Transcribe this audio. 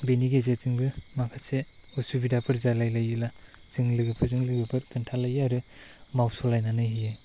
बेनि गेजेरजोंबो माखासे उसिबिदाफोर जालालायोला जों लोगोफोरजों लोगोफोर खोन्थालाइयो आरो मावस' लायनानै होयो